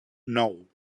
nou